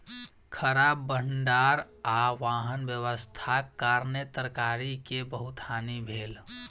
खराब भण्डार आ वाहन व्यवस्थाक कारणेँ तरकारी के बहुत हानि भेल